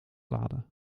laden